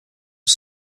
was